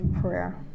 prayer